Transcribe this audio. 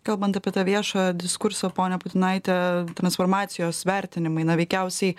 kalbant apie tą viešą diskursą ponia putinaite transformacijos vertinimai na veikiausiai